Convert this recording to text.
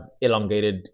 elongated